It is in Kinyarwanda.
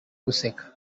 guseka